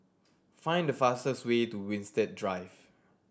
find the fastest way to Winstedt Drive